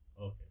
Okay